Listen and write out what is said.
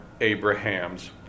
Abraham's